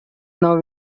now